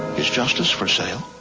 is justice for sale?